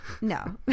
No